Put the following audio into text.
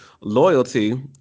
Loyalty